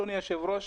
אדוני היו"ר.